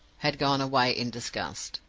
had gone away in disgust.